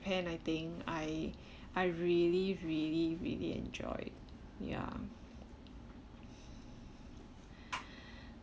japan I think I I really really really enjoy ya